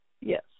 Yes